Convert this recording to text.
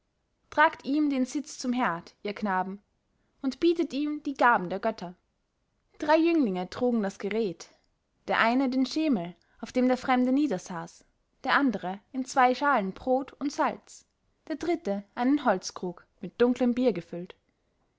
tragt ihm den sitz zum herd ihr knaben und bietet ihm die gaben der götter drei jünglinge trugen das gerät der eine den schemel auf dem der fremde niedersaß der andere in zwei schalen brot und salz der dritte einen holzkrug mit dunklem bier gefüllt